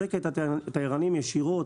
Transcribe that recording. לחזק את התיירנים ישירות,